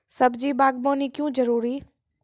सब्जी बागवानी क्यो जरूरी?